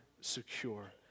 secure